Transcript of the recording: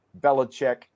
belichick